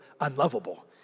unlovable